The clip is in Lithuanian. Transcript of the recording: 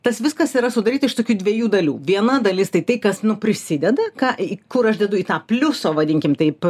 tas viskas yra sudaryta iš tokių dviejų dalių viena dalis tai tai kas nu prisideda ką į kur aš dedu į tą pliuso vadinkim taip